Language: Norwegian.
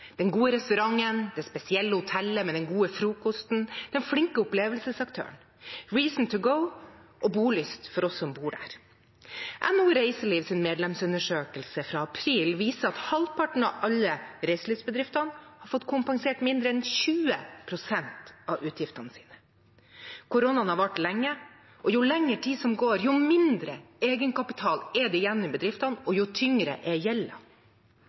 den gode restauranten, det spesielle hotellet med den gode frokosten, den flinke opplevelsesaktøren. Reason to go og bolyst for oss som bor der. NHO Reiselivs medlemsundersøkelse fra april viser at halvparten av alle reiselivsbedriftene har fått kompensert mindre enn 20 pst. av utgiftene sine. Koronaen har vart lenge, og jo lenger tid som går, jo mindre egenkapital er det igjen i bedriftene og jo tyngre er